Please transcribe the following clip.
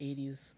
80s